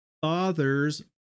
father's